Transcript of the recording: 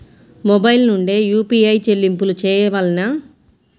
Mobile నుండే UPI చెల్లింపులు చేయవలెనా?